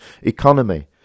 economy